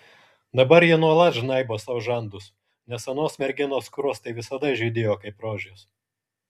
dabar ji nuolat žnaibo sau žandus nes anos merginos skruostai visada žydėjo kaip rožės